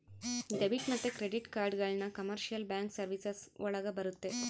debit ಮತ್ತೆ credit ಕಾರ್ಡ್ಗಳನ್ನ commercial bank services ಒಳಗರ ಬರುತ್ತೆ